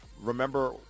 remember